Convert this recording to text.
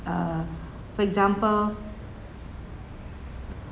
uh for example